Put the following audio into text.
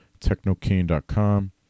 TechnoCane.com